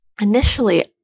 Initially